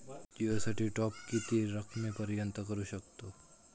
जिओ साठी टॉप किती रकमेपर्यंत करू शकतव?